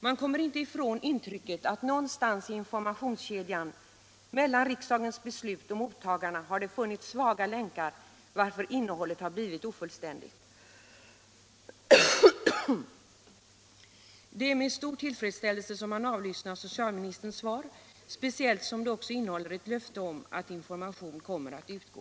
Man kommer inte ifrån intrycket att någonstans i informationskedjan mellan riksdagens beslut och mottagarna har det funnits svaga länkar, varför innehållet har blivit ofullständigt. Det är med stor tillfredsställelse som man avlyssnar socialministerns svar, speciellt som det också innehåller ett löfte om att klar information kommer att utgå.